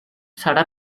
serà